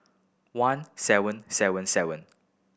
one seven seven seven